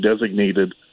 designated